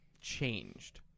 changed